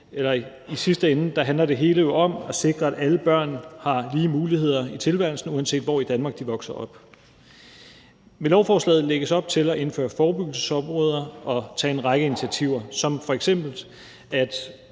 i sidste ende handler det hele jo om at sikre, at alle børn har lige muligheder i tilværelsen, uanset hvor i Danmark de vokser op. Med lovforslaget lægges der op til at indføre forebyggelsesområder og at tage en række initiativer, f.eks.